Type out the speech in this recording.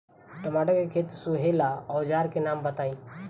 टमाटर के खेत सोहेला औजर के नाम बताई?